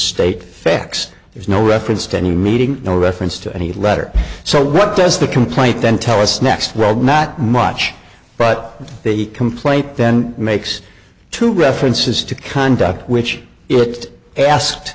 state facts there's no reference to any meeting no reference to any letter so what does the complaint then tell us next road not much but the complaint then makes two references to conduct which it asked